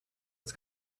its